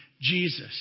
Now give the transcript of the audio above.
Jesus